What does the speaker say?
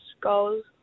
goals